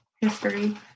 history